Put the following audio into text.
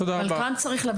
הסטודנטים שילמו